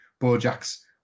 Bojack's